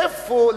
איפה?